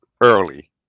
early